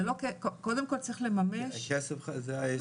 זה לא כ- קודם כל צריך לממש --- כסף, זה היסוד.